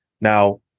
Now